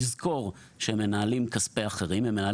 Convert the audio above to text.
ולזכור שהם מנהלים כספי אחרים הם מנהלי